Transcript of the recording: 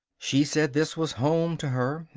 she said this was home to her.